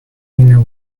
dinner